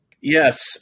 Yes